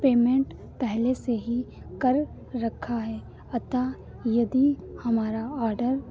payment पहले से ही कर रखा है अतः यदि हमारा ओडर